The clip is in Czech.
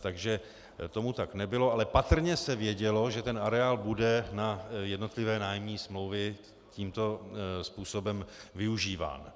Takže tomu tak nebylo, ale patrně se vědělo, že ten areál bude na jednotlivé nájemní smlouvy tímto způsobem využíván.